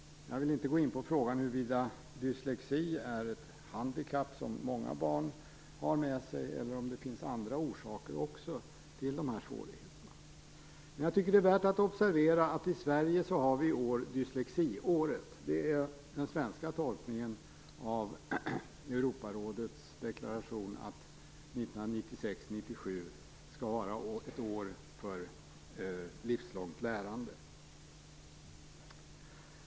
Jag vill inte gå in på frågan huruvida dyslexi är ett handikapp som många barn har med sig eller om det finns andra orsaker också till de här svårigheterna. Jag tycker att det är värt att observera att det är dyslexiår i Sverige i år. Det är den svenska tolkningen av Europarådets deklaration att 1996/97 skall vara ett år för livslångt lärande.